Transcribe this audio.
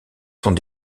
sont